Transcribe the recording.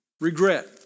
regret